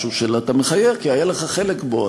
משהו שאתה מחייך כי היה לך חלק בו,